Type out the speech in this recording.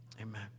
amen